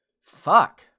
Fuck